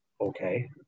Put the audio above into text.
Okay